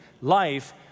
life